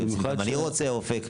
אם אני רוצה אופק,